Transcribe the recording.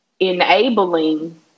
enabling